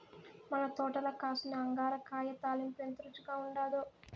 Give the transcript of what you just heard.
మన తోటల కాసిన అంగాకర కాయ తాలింపు ఎంత రుచిగా ఉండాదో